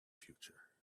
future